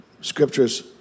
scriptures